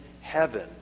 heaven